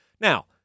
Now